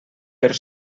per